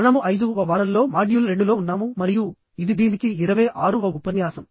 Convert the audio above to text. మనము 5 వ వారంలో మాడ్యూల్ 2 లో ఉన్నాము మరియు ఇది దీనికి 26 వ ఉపన్యాసం